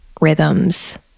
rhythms